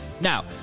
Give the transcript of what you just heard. Now